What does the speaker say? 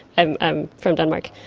i'm i'm from denmark.